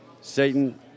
Satan